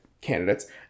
candidates